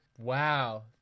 Wow